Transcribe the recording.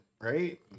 right